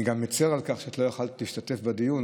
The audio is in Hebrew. אני גם מצר על כך שאת לא יכולת להשתתף בדיון.